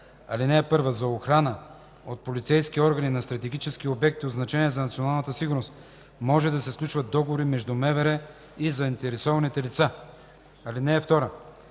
92. (1) За охрана от полицейски органи на стратегически обекти от значение за националната сигурност може да се сключват договори между МВР и заинтересованите лица. (2)